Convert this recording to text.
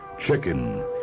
Chicken